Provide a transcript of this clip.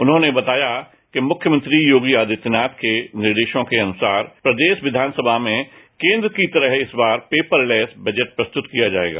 उन्होंने बताया कि मुख्यमंत्री योगी आदित्यनाथ के निर्देशों के अनुसार प्रदेश विधानसभा में केंद्र की तरह इस बार पेपर लेस बजट प्रस्तुत किया जाएगा